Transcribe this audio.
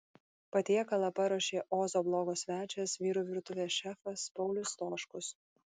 patiekalą paruošė ozo blogo svečias vyrų virtuvės šefas paulius stoškus